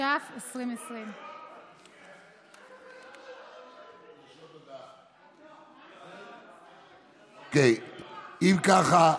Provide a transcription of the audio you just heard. התש"ף 2020. אם כך,